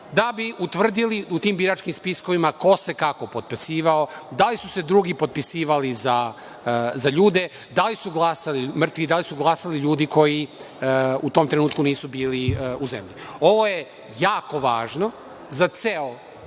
da bi utvrdili u tim biračkim spiskovima ko se kako potpisivao, da li su se drugi potpisivali za ljude, da li su glasali mrtvi, da li su glasali ljudi koji u tom trenutku nisu bili u zemlji. Ovo je jako važno za ceo